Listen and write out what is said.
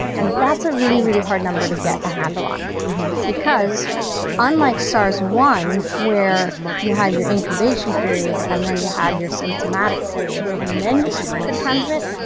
and that's a really, really hard number to get a handle on because unlike sars one, where you had your incubation period and then you had your symptomatic period and then you could transmit,